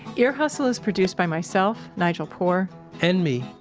ear hustle is produced by myself, nigel poor and me,